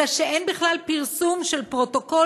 אלא שאין בכלל פרסום של פרוטוקול